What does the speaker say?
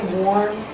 warm